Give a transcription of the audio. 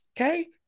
Okay